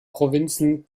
provinzen